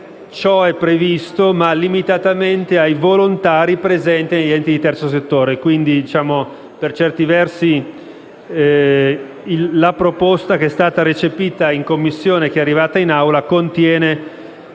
Ciò è previsto, ma limitatamente ai volontari presenti negli enti di terzo settore. Quindi, per certi versi, la proposta recepita in Commissione e arrivata in Aula contiene